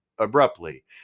abruptly